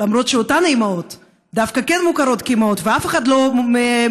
למרות שאותן אימהות דווקא כן מוכרות כאימהות ואף אחד לא מבקש